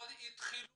לא התחילו